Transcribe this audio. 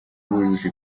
bujuje